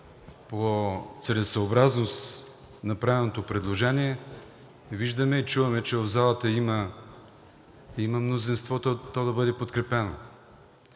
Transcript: по целесъобразност направеното предложение, виждаме и чуваме, че в залата има мнозинство то да бъде подкрепено,